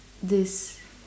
this